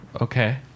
okay